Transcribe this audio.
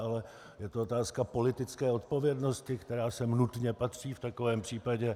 Ale je to otázka politické odpovědnosti, která sem nutně patří v takovém případě.